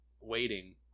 waiting